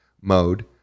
mode